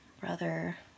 brother